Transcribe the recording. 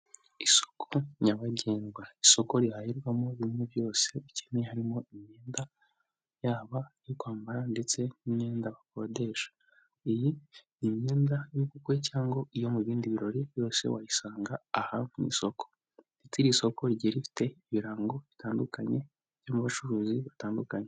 Isoku nyabagendwa, isoko riharwamo bintu byose ukeneye, harimo imyenda yaba iyo kwambara ndetse n'imyendakodesha, iyi ni imyenda y'ubukwe cyangwa iyo mu bindi birori byose wayisanga aha mu isoko ndetse iri soko rigiye rifite ibirango bitandukanye byo mu bucuruzi batandukanye.